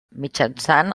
mitjançant